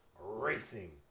Racing